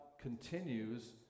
continues